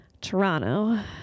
Toronto